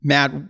Matt